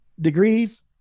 degrees